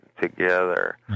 together